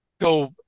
go